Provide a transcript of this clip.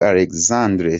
alexandre